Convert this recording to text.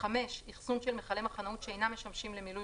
אחסון של מכלי מחנאות שאינם משמשים למילוי